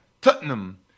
Tottenham